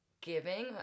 giving